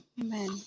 Amen